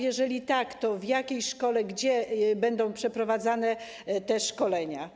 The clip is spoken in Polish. Jeżeli tak, to w jakiej szkole, gdzie będą przeprowadzane te szkolenia?